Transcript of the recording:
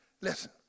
listen